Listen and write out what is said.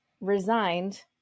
resigned